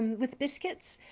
with biscuits.